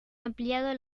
ampliado